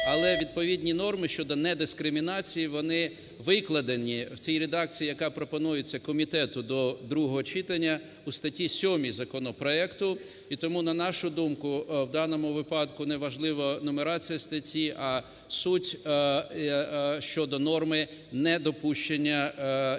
Але відповідні норми щодо недискримінації, вони викладені в цій редакції, яка пропонується комітету до другого читання, у статті 7 законопроекту. І тому, на нашу думку, в даному випадку не важлива нумерація статті, а суть щодо норми недопущення і